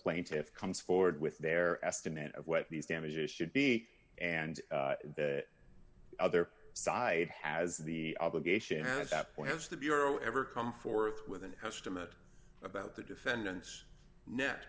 plaintiffs comes forward with their estimate of what these damages should be and the other side has the obligation at that point as the bureau ever come forth with an estimate about the defendants net